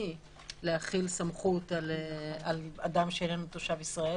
להחיל סמכות על אדם שאינו תושב ישראל,